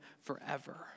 forever